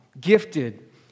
gifted